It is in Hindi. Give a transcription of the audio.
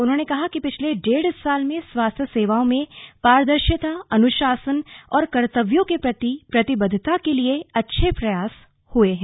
उन्होंने कहा कि पिछले डेढ़ साल में स्वास्थ्य सेवाओं में पारदर्शिता अनुशासन और कर्तव्यों के प्रति प्रतिबद्धता के लिए अच्छे प्रयास हुए है